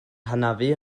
hanafu